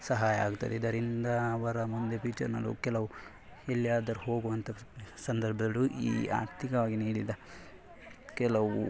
ಸಹಾಯ ಆಗ್ತದೆ ಇದರಿಂದ ಅವರ ಮುಂದೆ ಫ್ಯೂಚರಿನಲ್ಲೂ ಕೆಲವು ಎಲ್ಲಿಯಾದರು ಹೋಗುವಂತಹ ಸಂದರ್ಭದಲ್ಲೂ ಈ ಆರ್ಥಿಕವಾಗಿ ನೀಡಿದ ಕೆಲವು